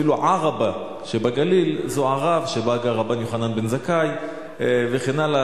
אפילו עראבה שבגליל זו ערב שבה גר רבן יוחנן בן זכאי וכן הלאה,